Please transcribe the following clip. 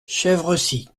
chevresis